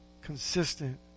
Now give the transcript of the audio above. consistent